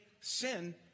sin